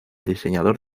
diseñador